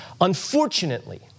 Unfortunately